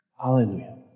Hallelujah